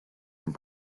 and